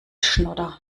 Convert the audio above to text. schnodder